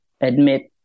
admit